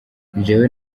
jewe